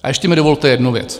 A ještě mi dovolte jednu věc.